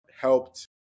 helped